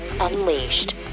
Unleashed